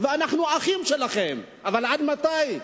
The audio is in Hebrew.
ואנחנו אחים שלכם, אבל עד מתי?